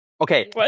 okay